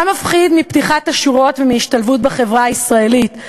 מה מפחיד מפתיחת השורות ומהשתלבות בחברה הישראלית,